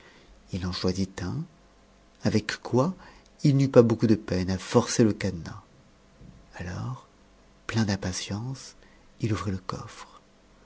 il en choisit un avec quoi il n'eut pas beaucoup de peine à forcer le cadenas alors plein d'impatience il ouvrit le coure